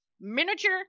miniature